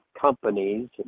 companies